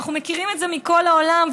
אנחנו מכירים את זה מכל העולם,